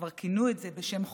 כבר כינו את זה בשם "חוק".